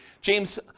James